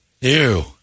Ew